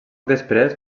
després